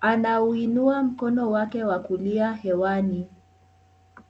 Anauinua mkono wake wa kulia hewani.